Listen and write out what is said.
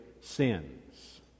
sins